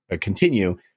continue